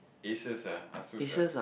Asus ah Asus ah